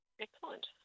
Excellent